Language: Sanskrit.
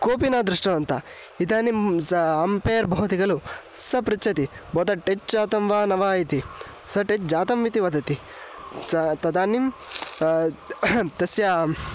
कोपि न दृष्टवन्त इदानीं सः अम्पेर् भवति खलु सः पृच्छति भवतः टच् जातं वा न वा इति सः टच् जातम् इति वदति सः तदानीं तस्य